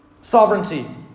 Sovereignty